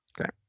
Okay